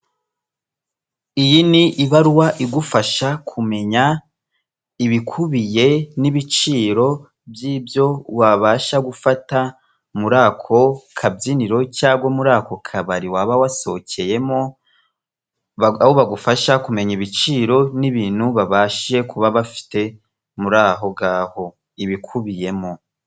Iyi ni ibaruwa igufasha kumenya ibikubiye n'ibiciro by'ibyo wabasha gufata muri ako kabyiniro cyangwa muri ako kabari waba wasohokeyemo, ba, aho bagufasha kumenya ibiciro n'ibintu babashije kuba bafite muri ahongaho. Ibikubiyemo.